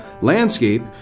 landscape